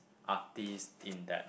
artist in that